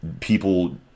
people